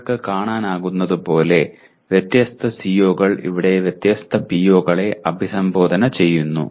നിങ്ങൾക്ക് കാണാനാകുന്നതുപോലെ വ്യത്യസ്ത COകൾ ഇവിടെ വ്യത്യസ്ത POകളെ അഭിസംബോധന ചെയ്യുന്നു